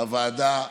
שבהם הוועדה,